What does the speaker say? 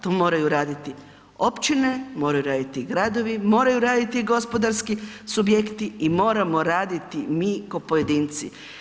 To moraju raditi općine, moraju raditi gradovi, moraju raditi gospodarski subjekti i moramo raditi mi ko pojedinci.